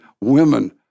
women